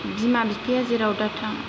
बिमा बिफाया जेराव दाथां